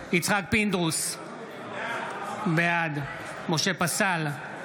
יצחק פינדרוס, בעד משה פסל,